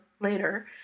later